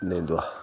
പിന്നെന്തുവാ